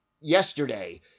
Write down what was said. yesterday